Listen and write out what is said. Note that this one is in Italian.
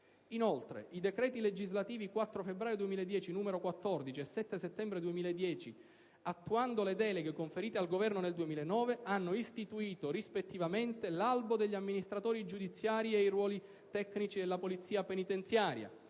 Inoltre, i decreti legislativi 4 febbraio 2010, n. 14, e 9 settembre 2010, n. 162, attuando le deleghe conferite al Governo nel 2009, hanno istituito rispettivamente l'albo degli amministratori giudiziari e i ruoli tecnici della polizia penitenziaria.